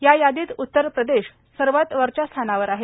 या यादीत उतर प्रदेश सर्वात वरच्या स्थानावर आहे